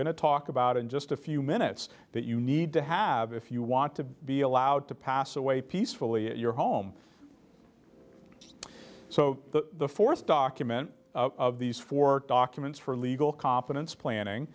going to talk about in just a few minutes that you need to have if you want to be allowed to pass away peacefully in your home so the fourth document of these four documents for legal confidence planning